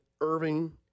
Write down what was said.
Irving